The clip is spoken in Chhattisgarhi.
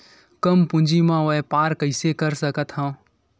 कम पूंजी म व्यापार कइसे कर सकत हव?